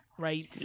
Right